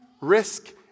risk